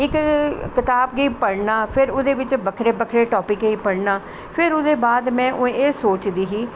इक कताब गी पढ़नां फिर ओह्दे बिच्च बक्खरे बक्खरे टॉपिकें गी पढ़नां फिर ओह्दे बाद में एह् सोचदी ही